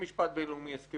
זה משפט בינלאומי-הסכמי,